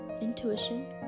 intuition